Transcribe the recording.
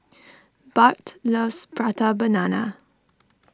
Bart loves Prata Banana